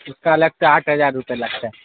اس کا الگ سے آٹھ ہزار روپئے لگتا ہے